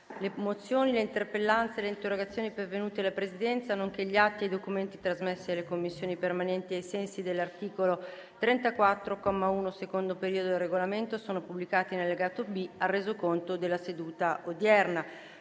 Le mozioni, le interpellanze e le interrogazioni pervenute alla Presidenza, nonché gli atti e i documenti trasmessi alle Commissioni permanenti ai sensi dell'articolo 34, comma 1, secondo periodo, del Regolamento sono pubblicati nell'allegato B al Resoconto della seduta odierna.